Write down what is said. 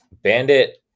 bandit